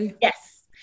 Yes